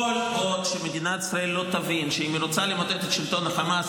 כל עוד מדינת ישראל לא תבין שאם היא רוצה למוטט את שלטון חמאס,